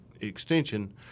Extension